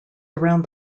around